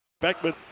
Beckman